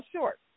short